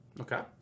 Okay